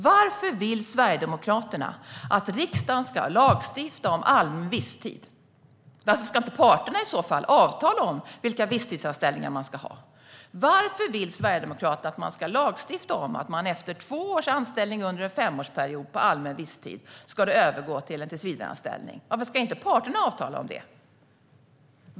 Varför vill Sverigedemokraterna att riksdagen ska lagstifta om allmän visstid? Varför ska inte parterna avtala vilka visstidsanställningar man ska ha? Varför vill Sverigedemokraterna att vi ska lagstifta om att två års visstidsanställning under en femårsperiod ska övergå till tillsvidareanställning? Varför ska inte parterna avtala om det?